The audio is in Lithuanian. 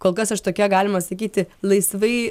kol kas aš tokia galima sakyti laisvai